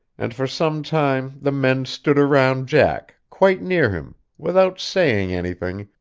and for some time the men stood around jack, quite near him, without saying anything,